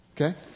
Okay